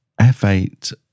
f8